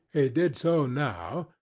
did so now,